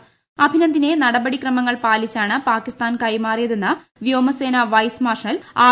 പ അഭിനന്ദിനെ നടപടിക്രമങ്ങൾ പാലിച്ചാണ് പാകിസ്ഥാൻ കൈമാറിയതെന്ന് വ്യോമസേന വൈസ് മാർഷൽ ആർ